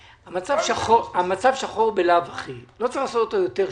המצב שחור בלאו הכי, לא צרי לעשות אותו יותר שחור.